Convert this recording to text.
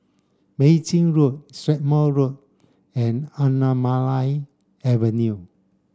Mei Chin Road Strathmore Road and Anamalai Avenue